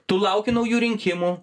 tu lauki naujų rinkimų